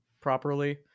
properly